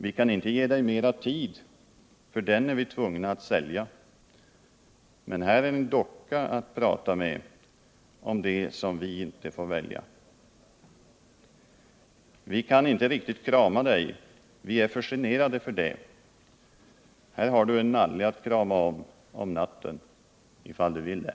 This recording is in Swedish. Vi kan inte ge dig mera tid för den är vi tvungna att sälja Men här är en docka att prata med om det som vi inte får välja. Vi kan inte riktigt krama dig vi är för generade för det Här har du en nalle att krama om om natten, ifall du vill det.